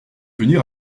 venir